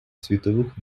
світових